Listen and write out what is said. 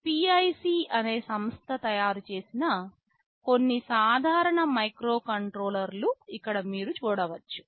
PIC అనే సంస్థ తయారుచేసిన కొన్ని సాధారణ మైక్రోకంట్రోలర్లు ఇక్కడ మీరు చూడవచ్చు